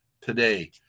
today